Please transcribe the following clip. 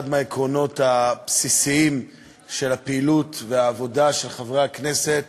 אחד העקרונות הבסיסיים של הפעילות והעבודה של חברי הכנסת